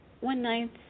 one-ninth